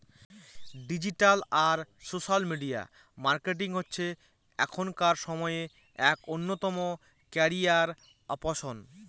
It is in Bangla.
ডিজিটাল আর সোশ্যাল মিডিয়া মার্কেটিং হচ্ছে এখনকার সময়ে এক অন্যতম ক্যারিয়ার অপসন